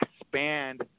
expand